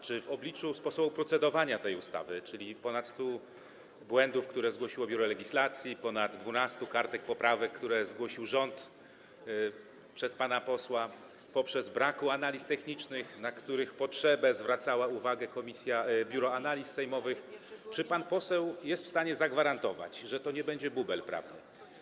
Czy w obliczu sposobu procedowania tej ustawy - czyli ponad 100 błędów, które zgłosiło biuro legislacji, ponad 12 kartek poprawek, które zgłosił rząd za pośrednictwem pana posła, brak analiz technicznych, na których potrzebę zwracało uwagę Biuro Analiz Sejmowych - pan poseł jest w stanie zagwarantować, że to nie będzie bubel prawny?